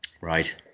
Right